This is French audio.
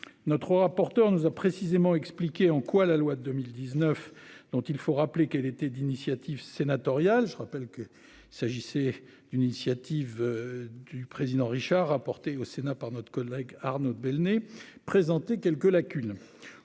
Notre rapporteur nous a précisément expliquer en quoi la loi de 2019 dont il faut rappeler qu'elle était d'initiative sénatoriale. Je rappelle que s'agissait d'une initiative. Du président Richard apportées au Sénat par notre collègue Arnaud de Belenet présenté quelques lacunes